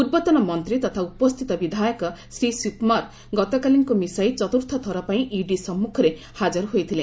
ପୂର୍ବତନ ମନ୍ତ୍ରୀ ତଥା ଉପସ୍ଥିତ ବିଧାୟକ ଶ୍ରୀ ଶିବକୁମାର ଗତକାଲିକୁ ମିଶାଇ ଚତୁର୍ଥ ଥରପାଇଁ ଇଡି ସମ୍ମୁଖରେ ହାଜର ହୋଇଥିଲେ